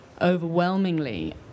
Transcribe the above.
overwhelmingly